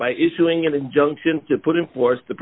by issuing an injunction to put in force the